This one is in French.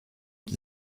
qui